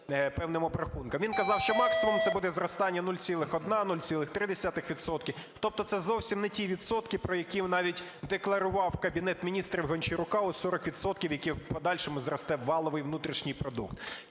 Він казав, що максимум це буде зростання 0,1-0,3 відсотка. Тобто це зовсім не ті відсотки, про які навіть декларував Кабінет Міністрів Гончарука, у 40 відсотків, на які в подальшому зросте валовий внутрішній продукт.